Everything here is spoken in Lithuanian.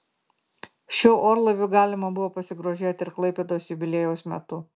šiuo orlaiviu galima buvo pasigrožėti ir klaipėdos jubiliejaus metu